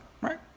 right